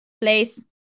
Place